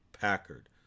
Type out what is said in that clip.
Packard